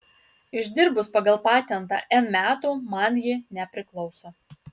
išdirbus pagal patentą n metų man ji nepriklauso